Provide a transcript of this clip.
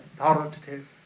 authoritative